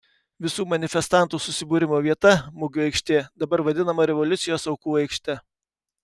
visų manifestantų susibūrimo vieta mugių aikštė dabar vadinama revoliucijos aukų aikšte